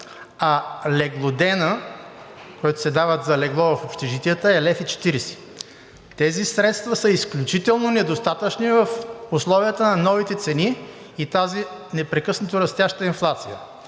а леглоденят, който се дава за легло в общежитията, е 1,40 лв. Тези средства са изключително недостатъчни в условията на новите цени и тази непрекъснато растяща инфлация.